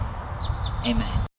Amen